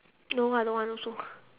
no I don't want also